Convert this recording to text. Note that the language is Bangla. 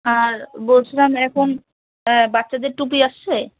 আর বলছিলাম এখন বাচ্চাদের টুপি আসছে